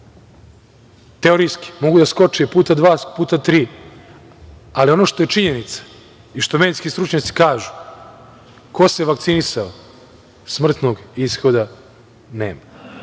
teorijski, mogu da skoče i puta dva i puta tri. Ono što je činjenica i ono što medicinski stručnjaci kažu, ko se vakcinisao smrtnog ishoda nema.